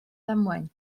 ddamwain